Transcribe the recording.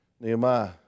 Nehemiah